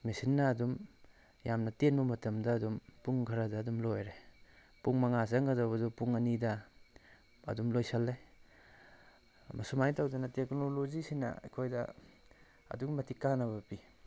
ꯃꯦꯁꯤꯟꯅ ꯑꯗꯨꯝ ꯌꯥꯝꯅ ꯇꯦꯟꯕ ꯃꯇꯝꯗ ꯑꯗꯨꯝ ꯄꯨꯡ ꯈꯔꯗ ꯑꯗꯨꯝ ꯂꯣꯏꯔꯦ ꯄꯨꯡ ꯃꯉꯥ ꯆꯪꯒꯗꯕꯗꯨ ꯄꯨꯡ ꯑꯅꯤꯗ ꯑꯗꯨꯝ ꯂꯣꯏꯁꯜꯂꯦ ꯑꯁꯨꯃꯥꯏꯅ ꯇꯧꯗꯅ ꯇꯦꯛꯀꯣꯅꯣꯂꯣꯖꯤꯁꯤꯡꯅ ꯑꯩꯈꯣꯏꯗ ꯑꯗꯨꯛꯀꯤ ꯃꯇꯤꯛ ꯀꯥꯟꯅꯕ ꯄꯤ